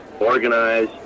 organize